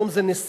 היום זה נשיאה,